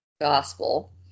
gospel